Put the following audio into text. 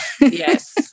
Yes